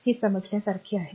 हे समजण्यासारखा आहे